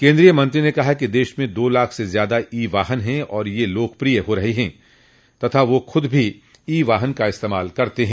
केंद्रीय मंत्री ने कहा कि देश में दो लाख से ज्यादा ई वाहन हैं और ये लोकप्रिय हो रहे हैं तथा वह खुद भी ई वाहन का इस्तेमाल करते हैं